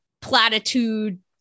platitude